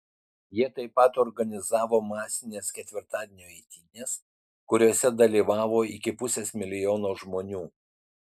jie taip pat organizavo masines ketvirtadienio eitynes kuriose dalyvavo iki pusės milijono žmonių